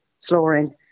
flooring